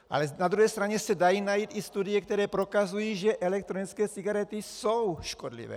Ale na druhé straně se dají najít i studie, které prokazují, že elektronické cigarety jsou škodlivé.